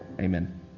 Amen